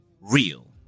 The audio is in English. real